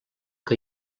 que